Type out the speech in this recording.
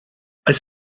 oes